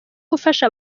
gufasha